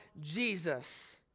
Jesus